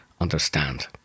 understand